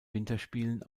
winterspielen